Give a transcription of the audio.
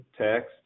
text